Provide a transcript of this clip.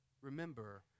remember